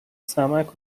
سمعک